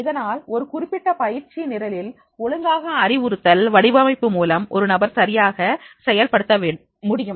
இதனால் ஒரு குறிப்பிட்ட பயிற்சி நிரலில் ஒழுங்கான அறிவுறுத்தல் வடிவமைப்பு மூலம் ஒரு நபர் சரியாக செயல் படுத்த முடியும்